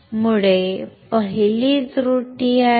मुळे पहिली त्रुटी आहे